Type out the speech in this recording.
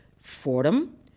Fordham